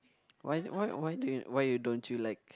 why why why do you why you don't you like